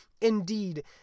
Indeed